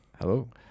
Hello